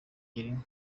girinka